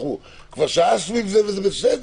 אנחנו כבר שעה סביב זה וזה בסדר,